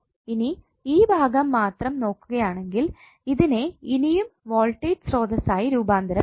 ഇനി ഈ ഭാഗം മാത്രം നോക്കുകയാണെങ്കിൽ ഇതിനെ ഇനിയും വോൾട്ടേജ് സ്രോതസ്സായി രൂപാന്തരപ്പെടുത്തതാം